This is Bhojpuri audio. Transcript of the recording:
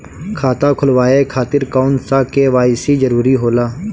खाता खोलवाये खातिर कौन सा के.वाइ.सी जरूरी होला?